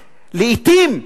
לעתים,